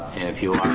if you, i